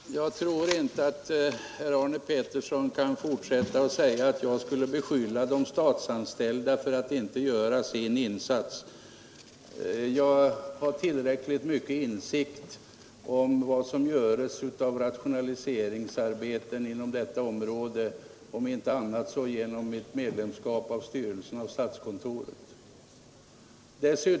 Herr talman! Jag tror inte att herr Arne Pettersson kan fortsätta att påstå att jag skulle beskylla de statsanställda för att inte göra sin insats. Jag har tillräckligt mycken insikt i vad som görs av rationaliseringsarbeten inom detta område, om inte annat så genom mitt ledamotskap av styrelsen för statskontoret.